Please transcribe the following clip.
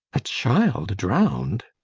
a child drowned?